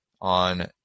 on